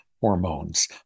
hormones